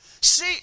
See